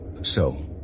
So